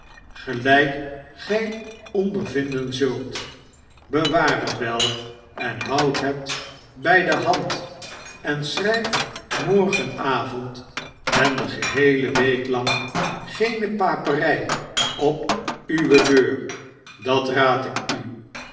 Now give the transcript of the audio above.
gelijk gij ondervinden zult bewaar het wel en houd het bij de hand en schrijf morgenavond en de geheele week lang geene paperij op uwe deur dat raad ik u